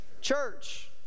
church